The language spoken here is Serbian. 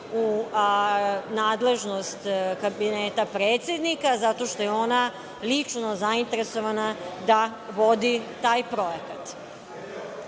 u nadležnost kabineta predsednika, zato što je ona lično zainteresovana da vodi taj projekat. Uz